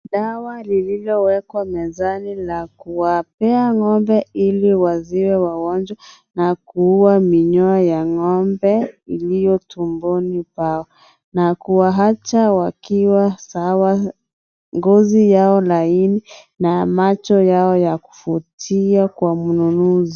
Dawa lililowekwa mezani la kuwapea ng'ombe ili wasiwe wagonjwa na kuua minyoo ya ng'ombe iliyo tumboni pao na kuwaacha wakiwa sawa, ngozi yao laini na macho yao ya kuvutia kwa mnunuzi.